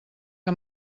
que